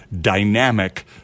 dynamic